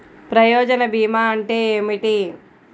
ప్రయోజన భీమా అంటే ఏమిటి?